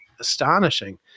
astonishing